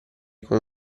con